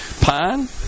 pine